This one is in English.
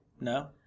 no